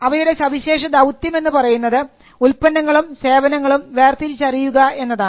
അവയുടെ സവിശേഷ ദൌത്യം എന്ന് പറയുന്നത് ഉൽപ്പന്നങ്ങളും സേവനങ്ങളും വേർതിരിച്ചറിയുക എന്നതാണ്